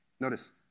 Notice